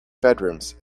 bedrooms